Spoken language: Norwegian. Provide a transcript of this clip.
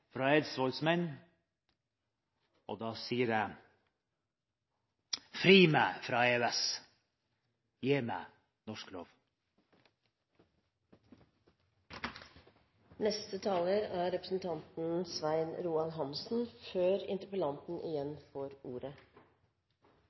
og da sier jeg: Fri meg fra EØS! Gi meg norsk lov!